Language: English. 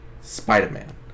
spider-man